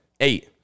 eight